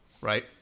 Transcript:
right